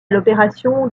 l’opération